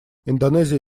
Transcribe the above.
индонезия